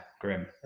grim